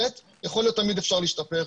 יכול להיות שתמיד אפשר להשתפר,